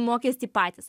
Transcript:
mokestį patys